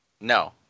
No